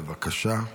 בבקשה.